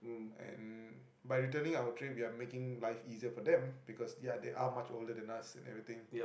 and by returning our tray we are making life easier for them because ya they are much older than us and everything